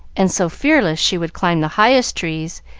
and so fearless she would climb the highest trees,